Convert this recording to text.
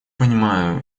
понимаю